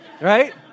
right